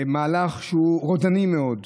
מהלך שהוא רודני מאוד,